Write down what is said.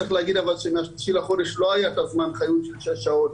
צריך להגיד שמ-3 לחודש לא היה את זמן חיות של שש שעות,